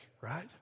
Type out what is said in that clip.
right